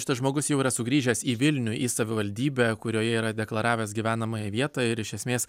šitas žmogus jau yra sugrįžęs į vilnių į savivaldybę kurioje yra deklaravęs gyvenamąją vietą ir iš esmės